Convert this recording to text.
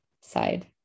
side